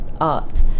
art